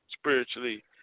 spiritually